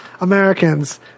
Americans